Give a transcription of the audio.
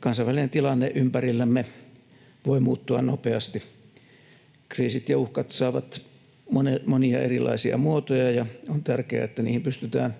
Kansainvälinen tilanne ympärillämme voi muuttua nopeasti, kriisit ja uhkat saavat monia erilaisia muotoja, ja on tärkeää, että niihin pystytään